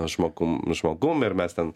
žmogum žmogum ir mes ten